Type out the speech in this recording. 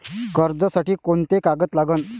कर्जसाठी कोंते कागद लागन?